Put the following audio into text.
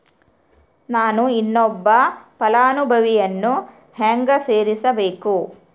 ನಾನು ಇನ್ನೊಬ್ಬ ಫಲಾನುಭವಿಯನ್ನು ಹೆಂಗ ಸೇರಿಸಬೇಕು?